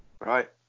right